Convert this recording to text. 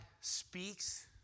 speaks